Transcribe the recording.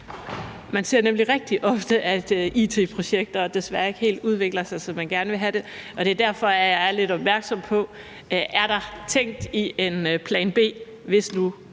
Man ser nemlig rigtig ofte, at it-projekter desværre ikke helt udvikler sig, som man gerne vil have det. Det er derfor, jeg er lidt opmærksom på, om der er tænkt i en plan B, hvis nu